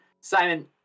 Simon